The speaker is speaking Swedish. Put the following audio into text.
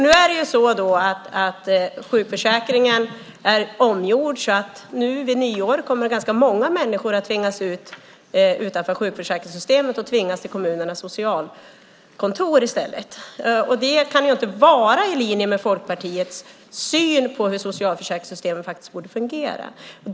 Nu är sjukförsäkringen omgjord, så nu vid nyår kommer ganska många människor att tvingas ut utanför sjukförsäkringssystemet och tvingas till kommunernas socialkontor i stället, och det kan ju inte vara i linje med Folkpartiets syn på hur socialförsäkringssystemet borde fungera.